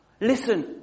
listen